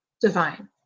divine